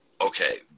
Okay